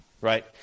Right